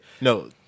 No